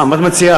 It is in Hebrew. אבל מה היא מציעה?